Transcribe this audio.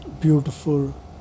beautiful